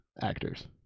actors